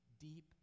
deep